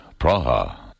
Praha